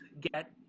get